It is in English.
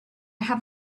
have